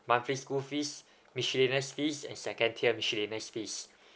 monthly school fees miscellaneous fees and second tier miscellaneous fees